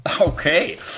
Okay